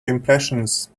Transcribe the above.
impressions